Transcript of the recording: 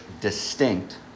distinct